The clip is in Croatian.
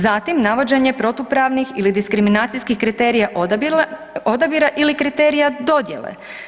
Zatim navođenje protupravnih ili diskriminacijskih kriterija odabira ili kriterija dodjele.